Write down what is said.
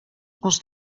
was